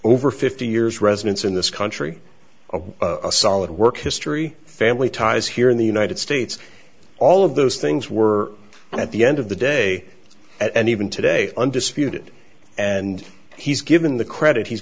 over fifty years residence in this country of a solid work history family ties here in the united states all of those things were at the end of the day at and even today undisputed and he's given the credit he's